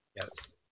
Yes